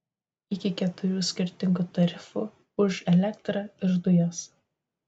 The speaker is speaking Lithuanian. iki keturių skirtingų tarifų už elektrą ir dujas